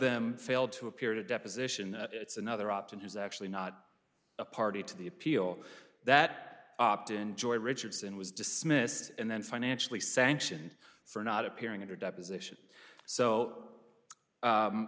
them failed to appear to deposition that it's another option is actually not a party to the appeal that opt in join richardson was dismissed and then financially sanctioned for not appearing in a deposition so